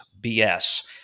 BS